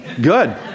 Good